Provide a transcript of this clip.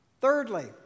Thirdly